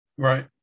Right